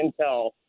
intel